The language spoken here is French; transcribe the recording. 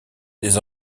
des